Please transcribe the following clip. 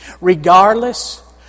Regardless